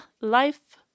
Life